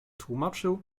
tłumaczył